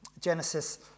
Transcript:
Genesis